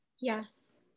Yes